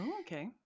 okay